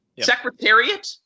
Secretariat